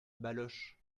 baloche